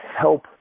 help